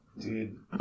Dude